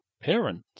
Parents